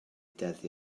deddf